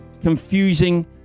confusing